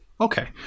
Okay